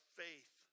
faith